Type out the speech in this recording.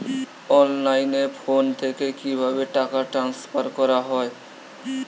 অনলাইনে ফোন থেকে কিভাবে টাকা ট্রান্সফার করা হয়?